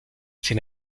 sin